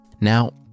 Now